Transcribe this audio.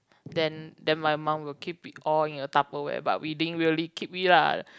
then then my mum will keep it all in a tupperware but we didn't really keep it lah